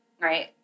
right